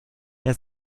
der